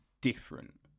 different